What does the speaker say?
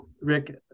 Rick